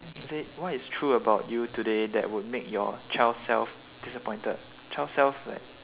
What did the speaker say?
is it what is true about you today that would make your child self disappointed